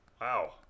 Wow